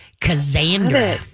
Cassandra